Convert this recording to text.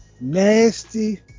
nasty